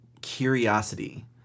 curiosity